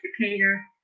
educator